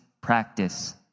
practice